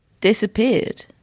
disappeared